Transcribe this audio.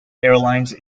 airlines